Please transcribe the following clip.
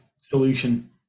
solution